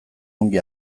ongi